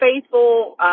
faithful